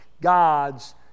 God's